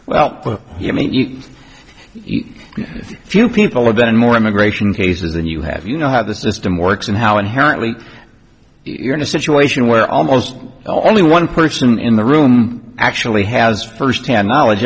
well you mean few people have been more immigration cases than you have you know how the system works and how inherently you're in a situation where almost zero only one person in the room actually has firsthand knowledge